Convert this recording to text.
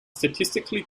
statistically